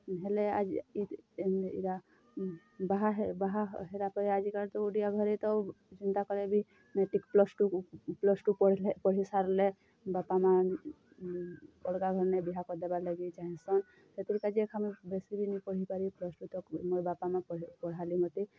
ହେଲେ ଆଜ୍ ଇଟା ବାହା ବାହା ହେଲା ପରେ ଆଜିକାଲି ତ ଓଡ଼ିଆ ଘରେ ତ ସେନ୍ତ କଲେ matric plus two plus two ପଢ଼୍ଲେ ପଢ଼ି ସାର୍ଲେ ବାପା ମା' ଅଲ୍ଗା ଘରେନେ ବିହା କରିଦେବାର୍ ଲାଗି ଚାହେଁସନ୍ ସେତିର୍ କାଜି ଏକା ମୁଇଁ ବେଶୀ ବି ନି ପଢ଼ିପାରି ପ୍ଲସ୍ ଟୁ ତକ୍ ମୋର୍ ବାପା ମା' ପଢ଼ାଲେ ମୋତେ